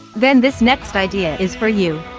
then this next idea is for you.